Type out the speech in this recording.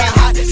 hot